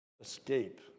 escape